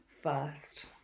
first